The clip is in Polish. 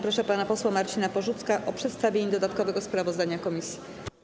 Proszę pana posła Marcina Porzucka o przestawienie dodatkowego sprawozdania komisji.